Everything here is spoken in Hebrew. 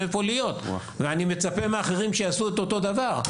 איפה להיות ואני מצפה מאחרים שיעשו את אותו הדבר.